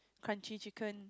crunchy chicken